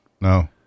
no